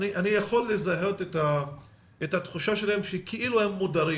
אני יכול לזהות את תחושתם שכאילו הם מודרים